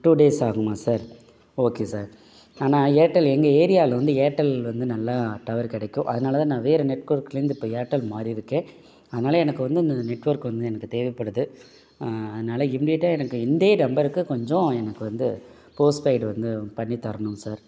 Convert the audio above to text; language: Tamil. டூ டேஸ் ஆகுமா சார் ஓகே சார் ஆனால் ஏர்டெல் எங்கள் ஏரியாவில வந்து ஏர்டெல் வந்து நல்லா டவர் கிடைக்கும் அதனால் தான் நான் வேறு நெட்வொர்க்லேருந்து இப்போ ஏர்டெல்க்கு மாறியிருக்கேன் அதனால் எனக்கு வந்து இந்த நெட்வொர்க் வந்து எனக்கு தேவைப்படுது அதனால் இமீடியட்டாக எனக்கு இந்தே நம்பருக்கு கொஞ்சம் எனக்கு வந்து போஸ்ட்பெய்டு வந்து பண்ணித்தரணும் சார்